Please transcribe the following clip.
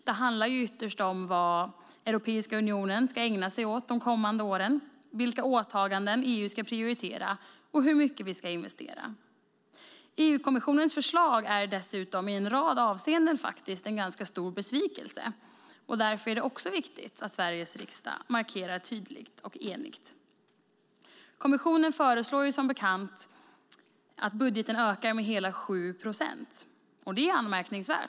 Det handlar ytterst om vad Europeiska unionen ska ägna sig åt de kommande åren, vilka åtaganden EU ska prioritera och hur mycket vi ska investera. EU-kommissionens förslag är dessutom i en rad avseenden en ganska stor besvikelse, och därför är det viktigt att Sveriges riksdag markerar tydligt och enigt. Kommissionen föreslår som bekant att budgeten ska öka med hela 7 procent. Det är anmärkningsvärt.